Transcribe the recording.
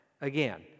again